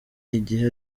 igihe